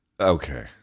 okay